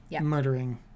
murdering